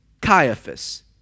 Caiaphas